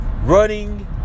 Running